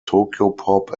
tokyopop